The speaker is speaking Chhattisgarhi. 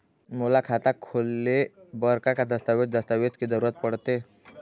मोला खाता खोले बर का का दस्तावेज दस्तावेज के जरूरत पढ़ते?